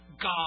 God